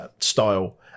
style